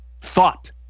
Thought